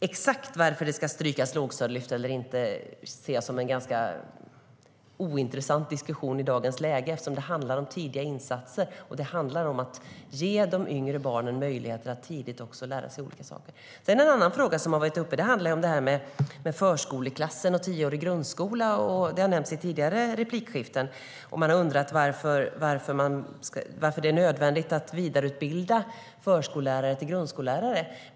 Exakt varför detta med lågstadielyft ska strykas eller inte ser jag som en ganska ointressant diskussion. Det handlar om tidiga insatser och om att ge de yngre barnen möjlighet att lära sig saker tidigt. En annan fråga som varit uppe gäller förskoleklasser och tioårig grundskola. Det har nämnts i tidigare replikskiften. Man har undrat varför det är nödvändigt att vidareutbilda förskollärare till grundskollärare.